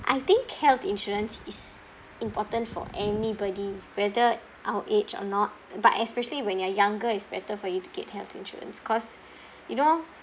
I think health insurance is important for anybody whether our age or not but especially when you're younger it's better for you to get health insurance cause you know